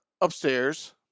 upstairs